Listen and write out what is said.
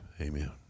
amen